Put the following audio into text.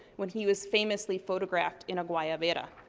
when he was famously photographed in a guayabera.